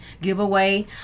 giveaway